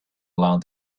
along